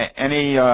any